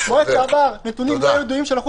במועד שעבר נתונים לא ידועים של --- תודה.